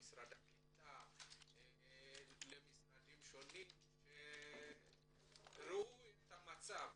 למשרד הקליטה ולמשרדים אחרים שיראו את המצב?